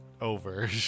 over